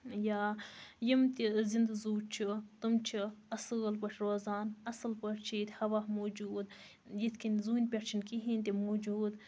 یا یِم تہِ زِنٛدٕ زوٗ چھِ تم چھِ اصٕل پٲٹھۍ روزان اصٕل پٲٹھۍ چھ ییٚتہِ ہَوا موٗجوٗد یِتھ کنۍ زوٗنہِ پٮ۪ٹھ چھُنہٕ کِہِیٖنۍ تہِ موٗجوٗد